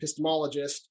epistemologist